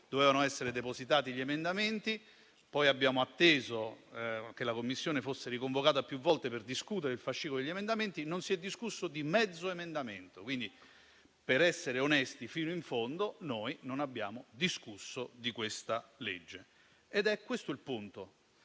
dovevano essere depositate le proposte emendative: abbiamo atteso che la Commissione fosse riconvocata più volte per discutere il fascicolo degli emendamenti, ma non si è discusso di mezzo emendamento. Per essere onesti fino in fondo, noi non abbiamo discusso di questa legge. È questo il punto.